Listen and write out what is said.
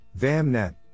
VAMNet